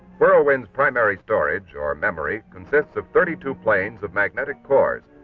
whirlwind's primary storage, or memory, consists of thirty two planes of magnetic cores.